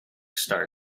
star